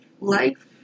life